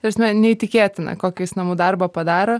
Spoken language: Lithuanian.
ta prasme neįtikėtina kokį jis namų darbą padaro